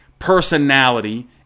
personality